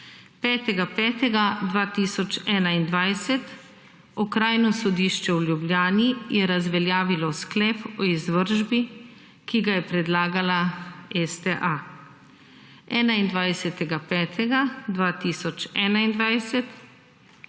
5. 5. 2021 Okrajno sodišče v Ljubljani je razveljavilo sklep o izvršbi, ki ga je predlagala STA.